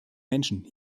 menschen